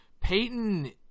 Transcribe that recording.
Peyton